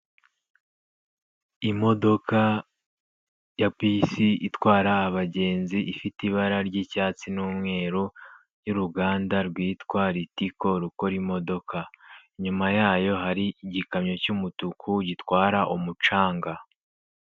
Imodoka ya bisi itwara abagenzi ifite ibara ry'icyatsi n'umweru y'uruganda rwitwa ritiko rukora imodoka. Inyuma yayo hari igikamyo cy'umutuku gitwara umucanga.